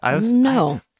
no